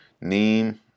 Neem